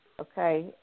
okay